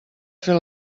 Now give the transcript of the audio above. fer